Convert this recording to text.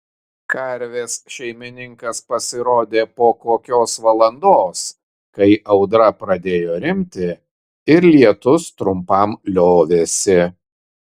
karvės šeimininkas pasirodė po kokios valandos kai audra pradėjo rimti ir lietus trumpam liovėsi